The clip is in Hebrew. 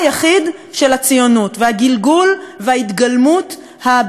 הציונות והגלגול וההתגלמות הבלעדית שלו.